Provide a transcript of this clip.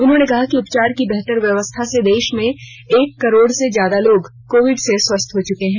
उन्होंने कहा कि उपचार की बेहतर व्यवस्था से देश में एक करोड़ से ज्यादा लोग कोविड से स्वस्थ हो चुके हैं